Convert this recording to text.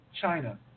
China